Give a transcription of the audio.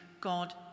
God